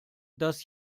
dass